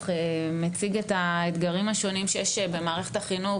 מציג את האתגרים השונים שיש במערכת החינוך,